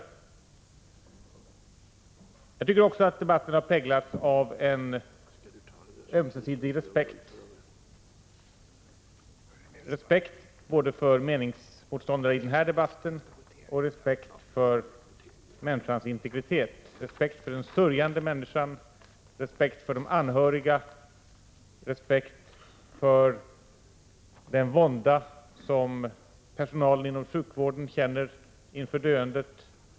Debatten har också präglats av en ömsesidig respekt, både för meningsmotståndare och för människans integritet. Den har präglats av respekt för den sörjande människan, för de anhöriga och för den vånda som personalen inom sjukvården känner inför döendet.